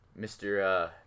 Mr